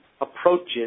approaches